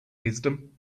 wisdom